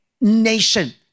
nation